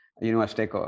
University